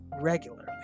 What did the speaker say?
regularly